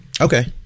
Okay